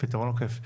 פתרון עוקף.